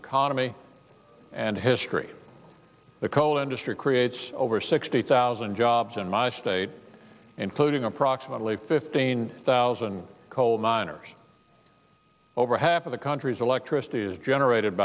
economy and history the coal industry creates over sixty thousand jobs in my state including approximately fifteen thousand coal miners over half of the country's electricity is generated